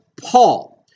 Paul